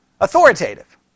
Authoritative